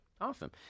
Awesome